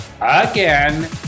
again